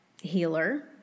healer